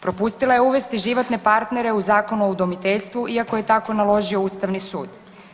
Propustila je uvesti životne partnere u Zakonu o udomiteljstvu iako je tako naložio Ustavni sud.